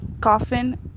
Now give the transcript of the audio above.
coffin